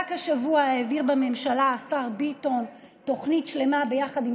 רק השבוע העביר בממשלה השר ביטון תוכנית שלמה ביחד עם